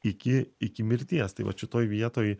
iki iki mirties tai vat šitoj vietoj